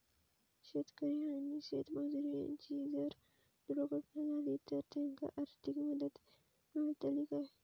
शेतकरी आणि शेतमजूर यांची जर दुर्घटना झाली तर त्यांका आर्थिक मदत मिळतली काय?